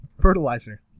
fertilizer